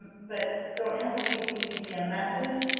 but don't hesitate to leave me a message.